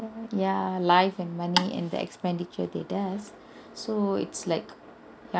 ya life and money and the expenditure they does so it's like